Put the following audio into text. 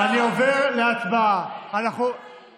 מה